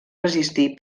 resistir